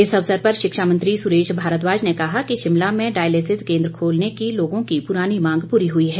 इस अवसर पर शिक्षा मंत्री सुरेश भारद्वाज ने कहा कि शिमला में डायलिसिस केंद्र खोलने की लोगों की पुरानी मांग पूरी हुई है